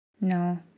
No